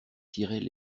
tiraient